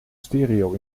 stereo